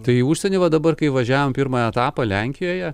tai užsieny va dabar kai važiavom pirmą etapą lenkijoje